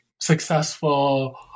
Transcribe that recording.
successful